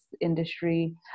industry